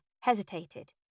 hesitated